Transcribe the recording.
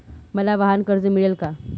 मला वाहनकर्ज मिळेल का?